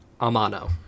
Amano